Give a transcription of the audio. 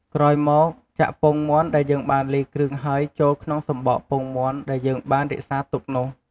ក្រោយមក ចាក់ពងមាន់ដែលយើងបានលាយគ្រឿងហើយចូលក្នុងសំបកពងមាន់ដែលយើងបានរក្សាទុកនោះ។